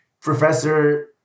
Professor